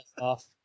off